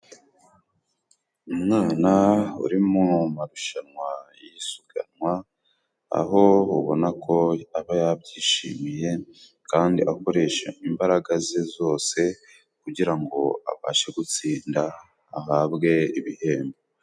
Umwana uri mu marushanwa y’isiganwa， aho ubona ko aba yabyishimiye，kandi arakoresha imbaraga ze zose， kugira ngo abashe gutsinda ahabwe ibihembo.